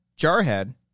Jarhead